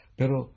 pero